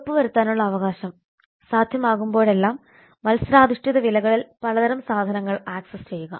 ഉറപ്പുവരുത്താനുള്ള അവകാശം സാധ്യമാകുമ്പോഴെല്ലാം മത്സരാധിഷ്ഠിത വിലകളിൽ പലതരം സാധനങ്ങൾ ആക്സസ് ചെയ്യുക